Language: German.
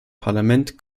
parlament